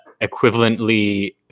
equivalently